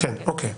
אוקיי.